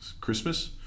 Christmas